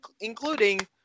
including